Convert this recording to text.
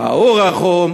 ומה הוא רחום,